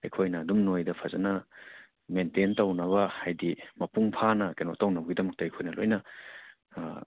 ꯑꯩꯈꯣꯏꯅ ꯑꯗꯨꯝ ꯅꯈꯣꯏꯗ ꯐꯖꯅ ꯃꯦꯟꯇꯦꯟ ꯇꯧꯅꯕ ꯍꯥꯏꯕꯗꯤ ꯃꯄꯨꯡ ꯐꯥꯅ ꯀꯩꯅꯣ ꯇꯧꯅꯕꯒꯤꯗꯃꯛꯇ ꯑꯩꯈꯣꯏꯅ ꯂꯣꯏꯅ